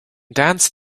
dance